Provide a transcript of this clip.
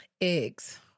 Eggs